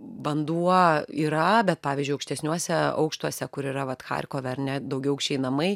vanduo yra bet pavyzdžiui aukštesniuosiuose aukštuose kur yra vat charkove ar ne daugiaaukščiai namai